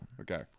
Okay